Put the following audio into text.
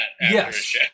yes